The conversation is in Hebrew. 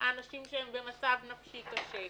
האנשים שהם במצב נפשי קשה,